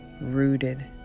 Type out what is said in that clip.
rooted